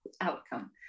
outcome